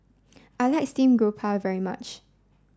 I like steamed garoupa very much